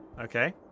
Okay